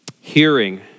Hearing